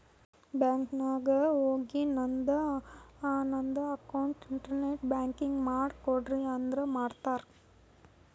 bank ನಾಗ್ ಹೋಗಿ ನಂಗ್ ನಂದ ಅಕೌಂಟ್ಗ ಇಂಟರ್ನೆಟ್ ಬ್ಯಾಂಕಿಂಗ್ ಮಾಡ್ ಕೊಡ್ರಿ ಅಂದುರ್ ಮಾಡ್ತಾರ್